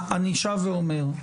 אני שב ואומר,